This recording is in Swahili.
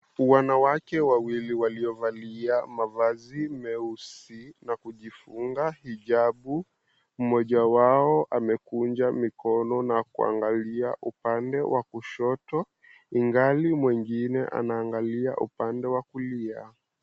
Wanawake wawili waliovalia mavazi meusi na kujifunga hijabu, mmoja wao amekunja mikono na kuangalia upande wa kushoto ingali mwingine anaangalia uande wa kulia.